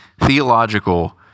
Theological